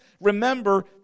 remember